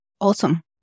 Awesome